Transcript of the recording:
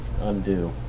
undo